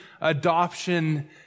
adoption